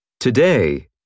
Today